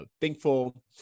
thankful